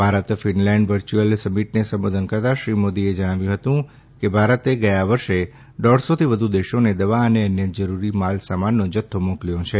Bharat Finland virtual સમિટને સંબોધન કરતાં શ્રી મોદીએ જણાવ્યું હતું કે ભારતે ગયા વર્ષે દોઢસોથી વધુ દેશોને દવા અને અન્ય જરૂરી માલસામાનનો જથ્થો મોકલ્યો છે